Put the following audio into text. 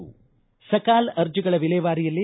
ಸಕಾಲ ಅರ್ಜಿಗಳ ವಿಲೇವಾರಿಯಲ್ಲಿ